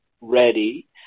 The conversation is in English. ready